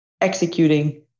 executing